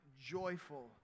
joyful